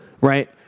Right